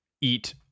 eat